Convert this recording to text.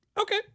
Okay